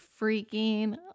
freaking